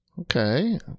Okay